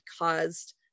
caused